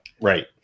Right